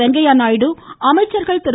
வெங்கையா நாயுடு அமைச்சர்கள் திரு